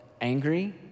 angry